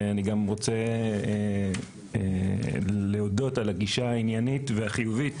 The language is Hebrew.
ואני גם רוצה להודות על הגישה העניינית והחיובית